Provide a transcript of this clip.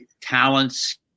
talents